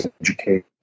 education